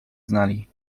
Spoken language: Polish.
znali